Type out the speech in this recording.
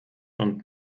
und